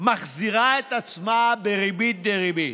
מחזירה את עצמה בריבית דריבית.